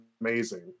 amazing